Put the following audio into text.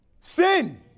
Sin